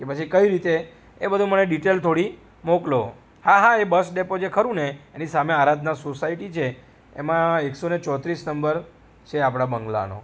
કે પછી કઈ રીતે એ બધું મને ડિટેલ થોડી મોકલો હા હા એ બસ ડેપો જે ખરુંને એની સામે આરાધના સોસાયટી છે એમાં એકસોને ચોત્રીસ નંબર છે આપણા બંગલાનો